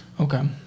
Okay